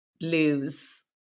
lose